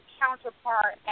counterpart